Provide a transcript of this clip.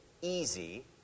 easy